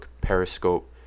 Periscope